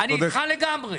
אני איתך לגמרי.